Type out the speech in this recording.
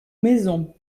maison